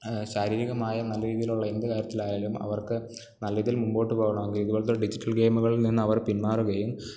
ശാരീരികമായ നല്ല രീതിയിലുള്ള എന്തു കാര്യത്തിലായാലും അവർക്ക് നല്ലതിൽ മുൻപോട്ടു പോകണമെങ്കിൽ ഇതുപോലത്തെ ഡിജിറ്റൽ ഗെയിമുകളിൽ നിന്നവർ പിന്മാറുകയും